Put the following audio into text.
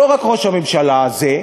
לא רק ראש הממשלה הזה,